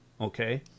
okay